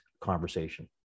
conversation